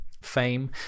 fame